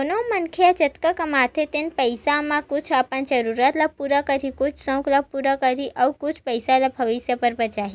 कोनो मनखे ह जतका कमाथे तेने पइसा म कुछ अपन जरूरत ल पूरा करही, कुछ सउक ल पूरा करही अउ कुछ पइसा ल भविस्य बर बचाही